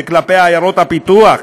וכלפי עיירות הפיתוח,